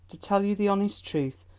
to tell you the honest truth,